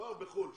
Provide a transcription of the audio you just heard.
כבר בחו"ל,